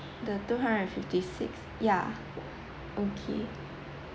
the two hundred and fifty-six yeah okay